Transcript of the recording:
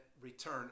return